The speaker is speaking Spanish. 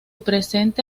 presidente